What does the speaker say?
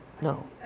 No